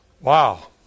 Wow